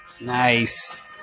nice